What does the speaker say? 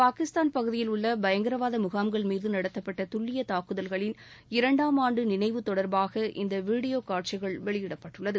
பாகிஸ்தான் பகுதியில் உள்ள பயங்கரவாத முகாம்கள் மீது நடத்தப்பட்ட துல்லிய தாக்குதல்களின் இரண்டாம் ஆண்டு நினைவு தொடர்பாக இந்த வீடியோ காட்சிகள் வெளியிடப்பட்டுள்ளது